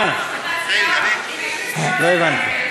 לא הבנתי.